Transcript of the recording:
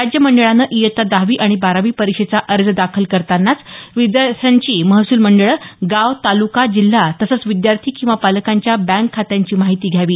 राज्य मंडळानं इयत्ता दहावी आणि बारावी परीक्षेचा अर्ज दाखल करतानाच विद्यार्थ्यांच्या महसूल मंडळं गाव तालुका जिल्हा तसंच विद्यार्थी किंवा पालकांच्या बँक खात्यांची माहिती घ्यावी